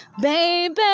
baby